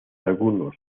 algunos